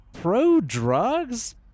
pro-drugs